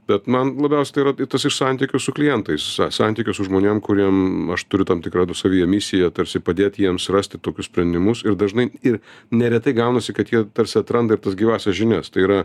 bet man labiausia tai yra tas iš santykių su klientais san santykio su žmonėm kuriem aš turiu tam tik radus savyje misiją tarsi padėt jiems surasti tokius sprendimus ir dažnai ir neretai gaunasi kad jie tarsi atranda ir tas gyvąsias žinias tai yra